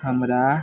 हमरा